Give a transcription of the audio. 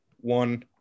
one